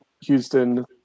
Houston